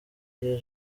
jean